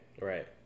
Right